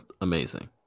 amazing